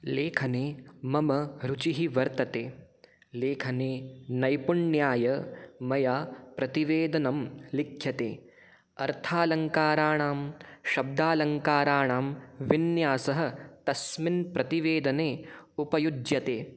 लेखने मम रुचिः वर्तते लेखने नैपुण्याय मया प्रतिवेदनं लिख्यते अर्थालङ्कारणां शब्दालङ्कराणां विन्यासः तस्मिन् प्रतिवेदने उपयुज्यते